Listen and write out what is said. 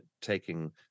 taking